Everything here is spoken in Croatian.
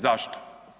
Zašto?